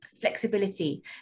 flexibility